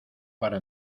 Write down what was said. para